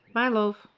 bye love.